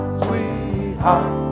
sweetheart